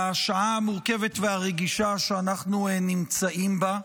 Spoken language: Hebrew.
לשעה המורכבת והרגישה שאנחנו נמצאים בה.